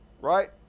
right